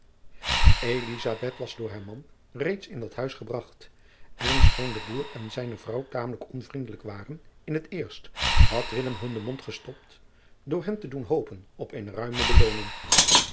was door haar man reeds in dat huis gebragt en schoon de boer en zijne vrouw tamelijk onvriendelijk waren in het eerst had hun den mond geslopt door hen te doen hopen op eene ruime belooning